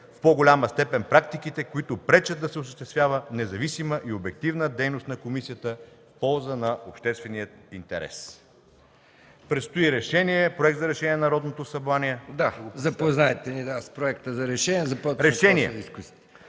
в по-голяма степен практиките, които пречат да се осъществява независима и обективна дейност на комисията в полза на обществения интерес. Предстои проект за решение на Народното събрание. ПРЕДСЕДАТЕЛ МИХАИЛ МИКОВ: Запознайте ни с проекта за решение и